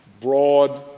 broad